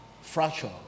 fracture